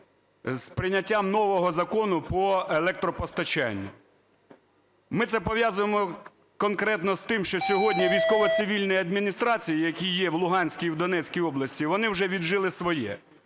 з прийняттям нового закону по електропостачанню. Ми це пов'язуємо конкретно з тим, що сьогодні військово-цивільні адміністрації, які є в Луганській і в Донецькій областях, вони вже віджили своє.